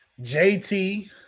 JT